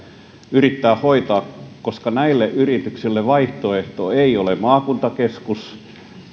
yrittää hoitaa koska näille yrityksille vaihtoehto ei ole maakuntakeskus